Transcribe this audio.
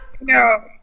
no